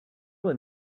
let